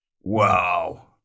Wow